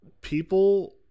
people